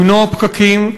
למנוע פקקים,